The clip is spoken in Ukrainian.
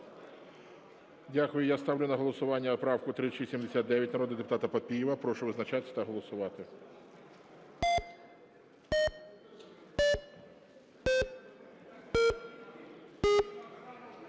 Дякую. Я ставлю на голосування правку 3679 народного депутата Папієва. Прошу визначатися та голосувати,